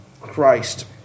Christ